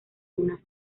una